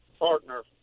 Partner